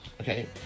Okay